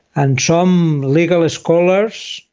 and some legal scholars,